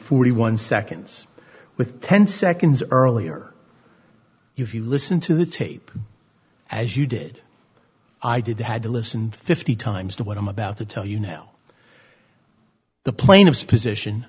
forty one seconds with ten seconds earlier if you listen to the tape as you did i did had to listen fifty times to what i'm about to tell you now the plaintiff's position